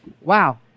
Wow